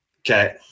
Okay